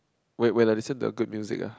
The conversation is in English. whe~ when I listen to a good music ah